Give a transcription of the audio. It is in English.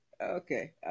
Okay